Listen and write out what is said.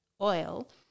oil